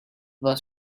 was